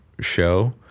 show